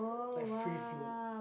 like free flow